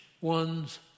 one's